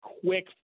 quick